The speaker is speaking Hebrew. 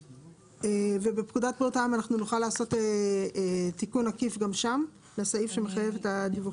האם בפקודת בריאות העם נוכל לעשות תיקון עקיף בסעיף שמחייב את הדיווחים?